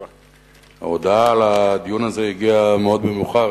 שההודעה על הדיון הגיעה אלינו מאוד מאוחר,